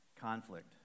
Conflict